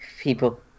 people